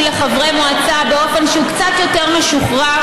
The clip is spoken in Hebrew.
לחברי מועצה באופן שהוא קצת יותר משוחרר,